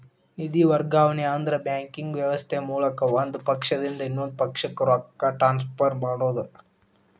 ನಿಧಿ ವರ್ಗಾವಣೆ ಅಂದ್ರ ಬ್ಯಾಂಕಿಂಗ್ ವ್ಯವಸ್ಥೆ ಮೂಲಕ ಒಂದ್ ಪಕ್ಷದಿಂದ ಇನ್ನೊಂದ್ ಪಕ್ಷಕ್ಕ ರೊಕ್ಕ ಟ್ರಾನ್ಸ್ಫರ್ ಮಾಡೋದ್